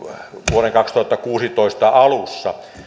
vuoden kaksituhattakuusitoista alussa